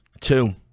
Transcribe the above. Two